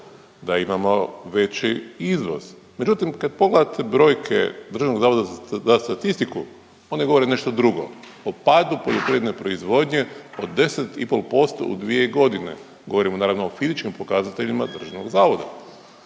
da imamo veći izvoz, međutim kad pogledate brojke DSZ-a oni govore nešto drugo o padu poljoprivredne proizvodnje od 10,5% u dvije godine. Govorim naravno o fizičkim pokazateljima državnog zavoda,